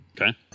Okay